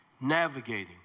navigating